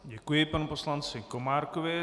Děkuji panu poslanci Komárkovi.